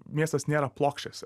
miestas nėra plokščias